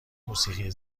موسیقی